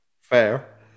Fair